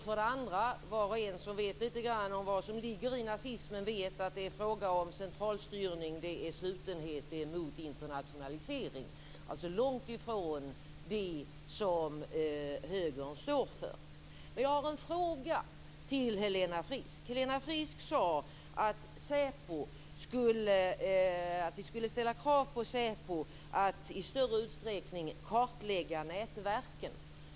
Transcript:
För det andra vet var och en som kan lite grann om vad som ligger i nazismen att det är fråga om centralstyrning, slutenhet och motstånd mot internationalisering. Det är långt ifrån det som högern står för. Jag har en fråga till Helena Frisk. Helena Frisk sade att vi skulle ställa krav på att SÄPO i större utsträckning ska kartlägga nätverken.